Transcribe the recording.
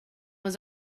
was